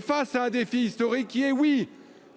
face à un défi historique qui est oui